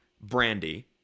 Brandy